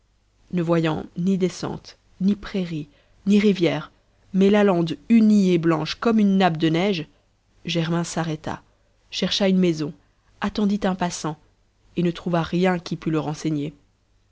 ne voyant ni descente ni prairie ni rivière mais la lande unie et blanche comme une nappe de neige germain s'arrêta chercha une maison attendit un passant et ne trouva rien qui pût le renseigner